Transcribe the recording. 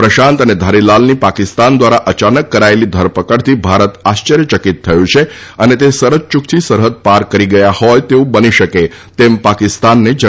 પ્રશાંત અને ધારીલાલની પાકિસ્તાન દ્વારા અચાનક કરાયેલી ધરપકડથી ભારત આશ્ચર્યચકિત થયું છે અને તે સરતયૂકથી સરહૃદ પાર કરી ગયા હોય તેવું બની શકે તેમ પાકિસ્તાનને જણાવ્યું છે